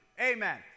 Amen